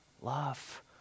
love